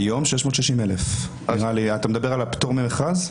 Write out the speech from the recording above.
כיום 660,000, אתה מדבר על הפטור ממכרז?